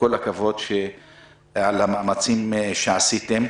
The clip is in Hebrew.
כל הכבוד על המאמצים שעשיתם.